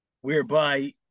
whereby